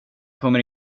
kommer